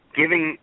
giving